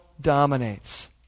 dominates